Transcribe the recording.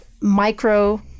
micro